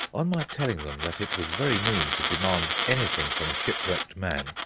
on my telling them that it was very mean to demand anything from a shipwrecked man,